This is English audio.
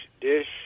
dish